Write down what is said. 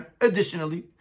Additionally